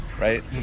right